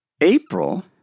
April